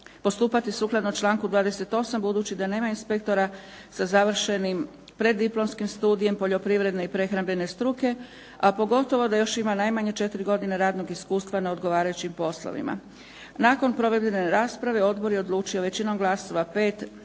postupati sukladno članku 28. budući da nema inspektora sa završenim preddiplomskim studijem poljoprivredne i prehrambene struke, a pogotovo da još ima najmanje 4 godine radnog iskustva na odgovarajućim poslovima. Nakon provedene rasprave Odbor je odlučio većinom glasova 5